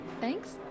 thanks